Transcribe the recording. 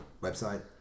website